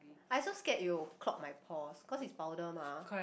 I also scared it will clog my pores cause it's powder mah